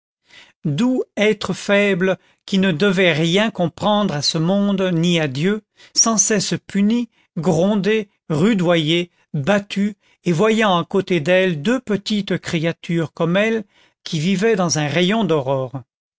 doux être faible qui ne devait rien comprendre à ce monde ni à dieu sans cesse punie grondée rudoyée battue et voyant à côté d'elle deux petites créatures comme elle qui vivaient dans un rayon d'aurore